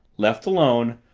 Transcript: left alone,